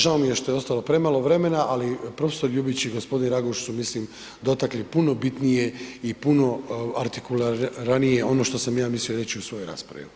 Žao mi je što je ostalo premalo vremena, ali profesor Ljubić i gospodin Raguž su dotakli mislim puno bitnije i puno artikularnije ono što sam ja mislio reći u svojoj raspravi.